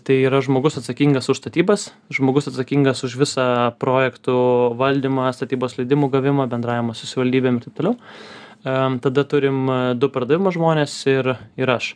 tai yra žmogus atsakingas už statybas žmogus atsakingas už visą projektų valdymą statybos leidimų gavimą bendravimą su savivaldybėm ir taip toliau a tada turim du pardavimo žmones ir ir aš